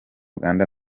uganda